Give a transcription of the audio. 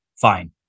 Fine